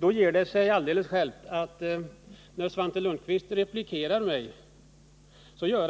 Då ger det sig alldeles självt att Svante Lundkvist, när han replikerar mig, egentligen